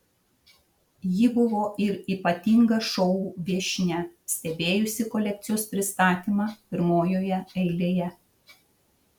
ji buvo ir ypatinga šou viešnia stebėjusi kolekcijos pristatymą pirmojoje eilėje